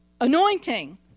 anointing